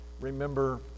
remember